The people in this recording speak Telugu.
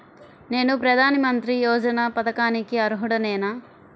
నేను ప్రధాని మంత్రి యోజన పథకానికి అర్హుడ నేన?